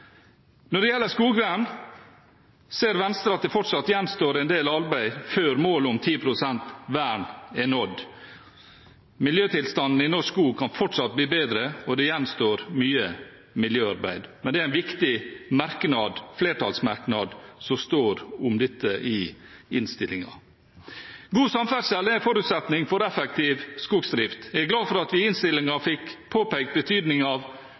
Når det gjelder skogvern, ser Venstre at det fortsatt gjenstår en del arbeid før målet om 10 pst. vern er nådd. Miljøtilstanden i norsk skog kan fortsatt bli bedre, og det gjenstår mye miljøarbeid, men det er en viktig flertallsmerknad om dette i innstillingen. God samferdsel er en forutsetning for effektiv skogsdrift. Jeg er glad for at vi i innstillingen fikk påpekt betydningen av